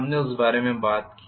हमने उस बारे में बात की